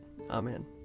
Amen